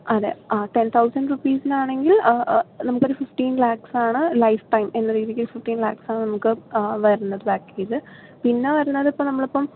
അതെ ആ ten thousand റുപ്പീസിനാണെങ്കിൽ നമുക്കൊരു ഫിഫ്റ്റീൻ ലാഖ്സാണ് ലൈഫ് ടൈം എന്ന രീതിയ്ക്ക് ഫിഫ്റ്റീൻ ലാഖ്സ് ആണ് നമുക്ക് വരുന്നത് പാക്കേജ് പിന്നെ വരുന്നത് ഇപ്പം നമ്മളിപ്പം